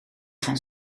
gaan